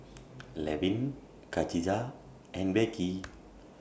Levin Khadijah and Becky